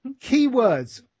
keywords